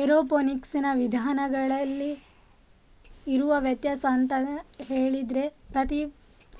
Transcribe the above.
ಏರೋಫೋನಿಕ್ಸಿನ ವಿಧಗಳಲ್ಲಿ ಇರುವ ವ್ಯತ್ಯಾಸ ಅಂತ ಹೇಳಿದ್ರೆ ಪ್ರತಿ